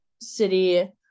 City